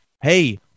Hey